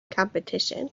competition